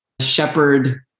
shepherd